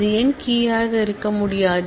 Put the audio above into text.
அது ஏன் கீ யாக இருக்க முடியாது